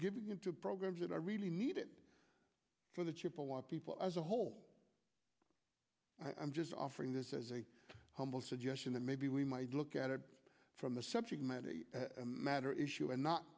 giving in to programs that i really need it for the chippewa people as a whole i'm just offering this as a humble suggestion that maybe we might look at it from the subject matter a matter issue and not